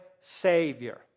Savior